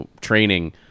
training